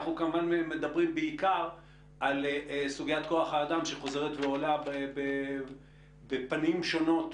אנחנו כמובן מדברים בעיקר על סוגיית כוח האדם שחוזרת ועולה בפנים שונות,